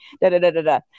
da-da-da-da-da